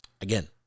Again